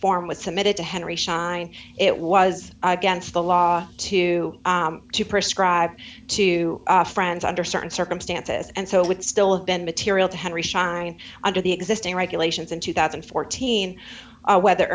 form was submitted to henry shine it was against the law to to prescribe to friends under certain circumstances and so it would still have been material to henry schein under the existing regulations in two thousand and fourteen whether